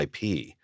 IP